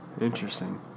Interesting